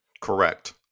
correct